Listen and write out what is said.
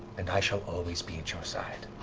and i shall always be at your side.